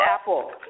Apple